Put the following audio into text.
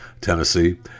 Tennessee